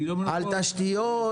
על תשתיות,